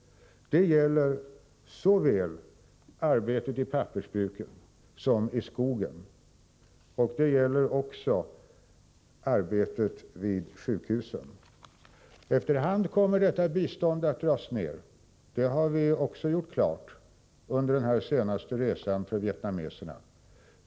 Detta gäller såväl arbetet i pappersbruket som arbetet i skogen, och det gäller också arbetet vid sjukhusen. Efter hand kommer detta bistånd att dras ner — det har vi också gjort klart för vietnameserna under den här senaste resan.